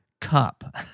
cup